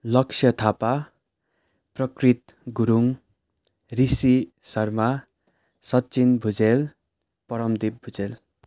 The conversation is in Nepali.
लक्ष्य थापा प्रकृत गुरुङ ऋषि शर्मा सचिन भुजेल परमदिप भुजेल